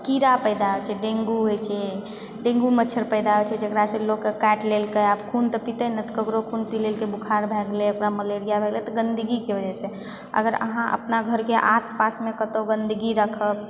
कीड़ा पैदा होइ छै डेंगू होइ छै डेंगू मच्छर पैदा होइ छै जकरासँ लोकके काटि लेलकै आब खून तऽ पितै नहि तऽ ककरो खून बोखार भए गेलै ओकरा मलेरिया भए गेलै तऽ गन्दगीके वजहसँ अगर अहाँ अपना घरके आसपासमे कतौ गन्दगी राखब